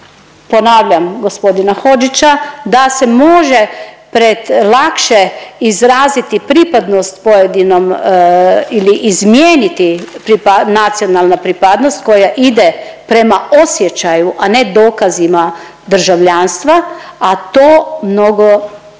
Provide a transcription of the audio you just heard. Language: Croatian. ponavljam gospodina Hodžića, da se može pred lakše izraziti pripadnost pojedinom ili izmijeniti nacionalna pripadnost koja ide prema osjećaju, a ne dokazima državljanstva, a to mnogo ljudi